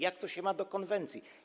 Jak to się ma do konwencji?